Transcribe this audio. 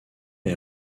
est